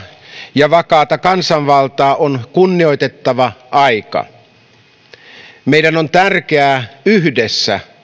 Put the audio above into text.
ja vakaata kansanvaltaa on kunnioitettava aika meidän on tärkeää yhdessä